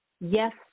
yes